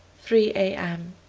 three a m